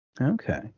okay